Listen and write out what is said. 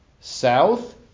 south